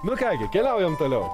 nu ką gi keliaujam toliau